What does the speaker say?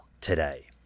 today